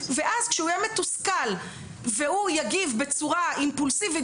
ואז כשהוא יהיה מתוסכל והוא יגיב בצורה אימפולסיבית